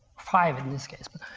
five in this case but,